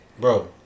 Bro